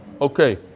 Okay